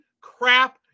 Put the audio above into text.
crap